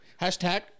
hashtag